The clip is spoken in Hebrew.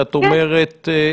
את אומרת,